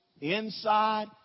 inside